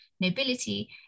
nobility